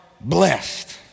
blessed